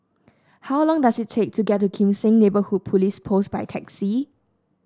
how long does it take to get to Kim Seng Neighbourhood Police Post by taxi